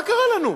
מה קרה לנו?